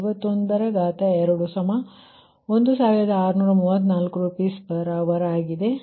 142×5121634 Rshr ಆಗಿದೆ